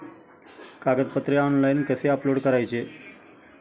कागदपत्रे ऑनलाइन कसे अपलोड करायचे?